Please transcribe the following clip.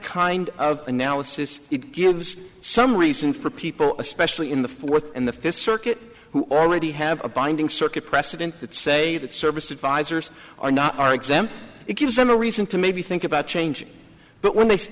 kind of analysis it gives some reason for people especially in the fourth and the fifth circuit who already have a binding circuit precedent that say that service advisors are not are exempt it gives them a reason to maybe think about changing but when they